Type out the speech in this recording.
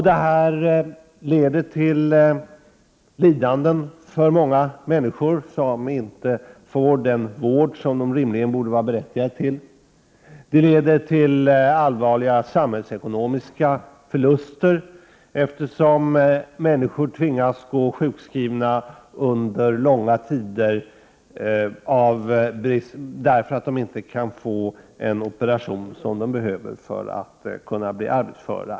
Det leder till lidanden för många människor, som inte får den vård som de rimligen borde vara berättigade till. Det leder vidare till allvarliga samhällsekonomiska förluster, eftersom människor tvingas gå sjukskrivna under långa tider då de inte kan få de operationer utförda som de behöver få för att på nytt bli arbetsföra.